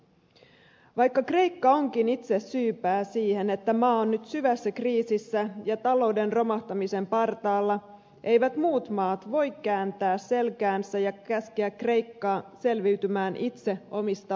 vaikka kreikka onkin itse syypää siihen että maa on nyt syvässä kriisissä ja talouden romahtamisen partaalla eivät muut maat voi kääntää selkäänsä ja käskeä kreikkaa selviytymään itse omista ongelmistaan